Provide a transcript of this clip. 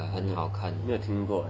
我没有听过 ah